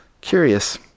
Curious